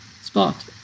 spot